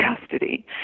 custody